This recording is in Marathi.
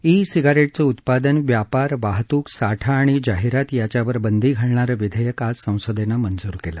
ई सिगारेटचं उत्पादन व्यापार वाहतूक साठा आणि जाहिरात याच्यावर बंदी घालणारं विधेयक आज संसदेनं मंजूर केलं